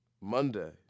Monday